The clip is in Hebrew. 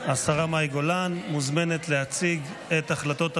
גולן מוזמנת להציג את החלטות הממשלה.